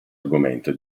argomento